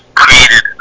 created